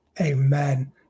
Amen